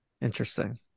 interesting